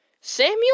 Samuel